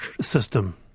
system